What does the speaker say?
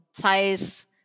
size